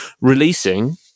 releasing